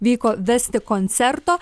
vyko vesti koncerto